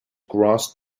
grass